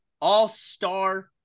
all-star